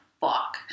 fuck